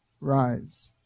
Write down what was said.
Rise